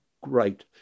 great